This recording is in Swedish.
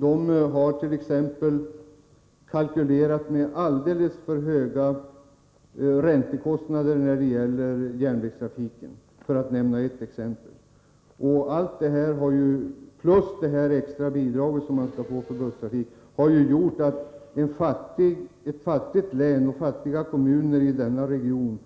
Man har t.ex. kalkylerat med alldeles för höga räntekostnader när det gäller järnvägstrafiken, för att nämna ett exempel. Allt detta plus det extra bidraget till busstrafiken har gjort att ett fattigt län och fattiga kommuner i denna region